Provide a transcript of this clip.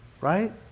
Right